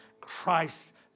Christ